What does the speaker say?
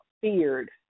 feared